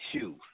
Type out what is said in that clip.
shoes